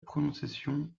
prononciation